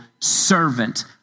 servant